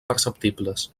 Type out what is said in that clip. perceptibles